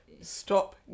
stop